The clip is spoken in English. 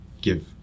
give